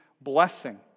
blessing